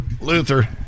Luther